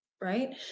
right